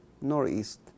northeast